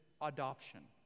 adoption